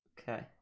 Okay